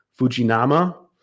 Fujinama